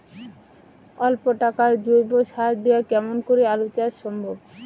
অল্প টাকার জৈব সার দিয়া কেমন করি আলু চাষ সম্ভব?